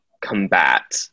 combat